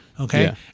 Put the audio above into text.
Okay